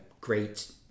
great